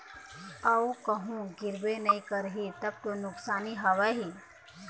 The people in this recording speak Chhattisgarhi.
अऊ कहूँ गिरबे नइ करही तब तो नुकसानी हवय ही